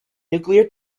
nuclear